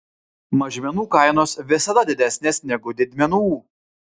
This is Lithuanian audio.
mažmenų kainos visada didesnės negu didmenų